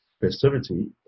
festivity